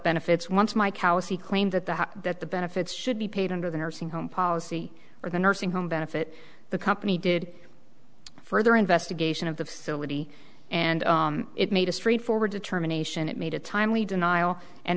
benefits once my callously claimed that the that the benefits should be paid under the nursing home policy or the nursing home benefit the company did further investigation of the facility and it made a straightforward determination it made a timely denial and